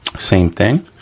same thing.